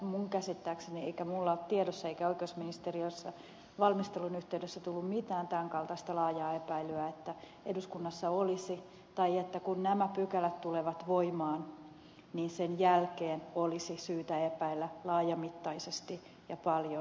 minun käsittääkseni eikä minulla ole tiedossa eikä oikeusministeriössä valmistelun yhteydessä tullut mitään tämän kaltaista laajaa epäilyä että eduskunnassa olisi tai että kun nämä pykälät tulevat voimaan niin sen jälkeen olisi syytä epäillä laajamittaisesti ja paljon korruptiota